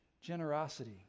generosity